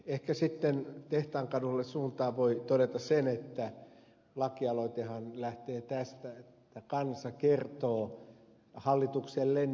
ehkä sitten tehtaankadun suuntaan voi todeta sen että lakialoitehan lähtee tästä että kansa kertoo hallituksellenne ed